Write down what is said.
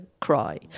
cry